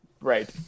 Right